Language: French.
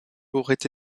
auraient